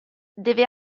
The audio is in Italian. deve